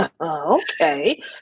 Okay